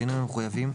בשינויים המחויבים,